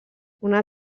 una